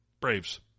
Braves